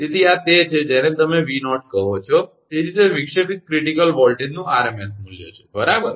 તેથી આ તે છે જેને તમે 𝑉0 કહો છો તેથી તે વિક્ષેપિત ક્રિટિકલ વોલ્ટેજનું આરએમએસ મૂલ્ય છે બરાબર